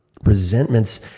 resentments